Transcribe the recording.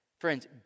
Friends